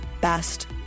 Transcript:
best